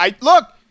Look